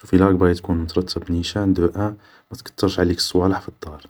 شوف الا راك باغي تكون مترتب نيشان, دو ان متكترش عليك صوالح في الدار,